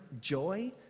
joy